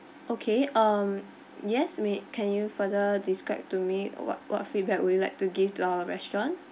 okay um yes we can you further describe to me what what feedback would you like to give to our restaurant